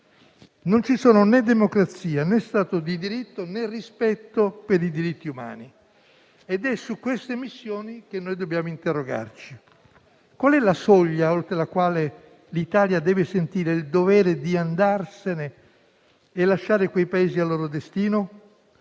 non ci sono né democrazia né Stato di diritto né rispetto per i diritti umani. Ed è su queste missioni che dobbiamo interrogarci. Qual è la soglia oltre la quale l'Italia deve sentire il dovere di andarsene e lasciare quei Paesi al loro destino?